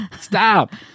Stop